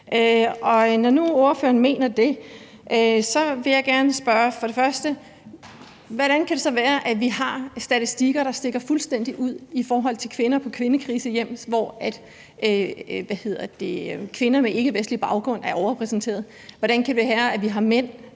når nu ordføreren mener det, vil jeg gerne som det første spørge: Hvordan kan det så være, at vi har statistikker, der stikker fuldstændig ud i forhold til kvinder på kvindekrisecentre, altså hvor kvinder med ikkevestlig baggrund er overrepræsenteret? Hvordan kan det være, at mænd